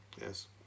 Yes